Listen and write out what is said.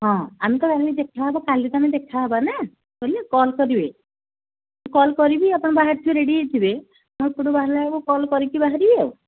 ହଁ ଆମେ ତ କାଲି ଦେଖାହେବା କାଲି ତ ଆମେ ଦେଖାହେବା ନା ବୋଲେ କଲ୍ କରିବେ କଲ୍ କରିବି ଆପଣ ବାହାରିଥିବେ ରେଡ଼ି ହେଇଥିବେ ମୁଁ ଏପଟୁ ବାହାରିଲା ବେଳକୁ କଲ୍ କରିକି ବାହାରିବି ଆଉ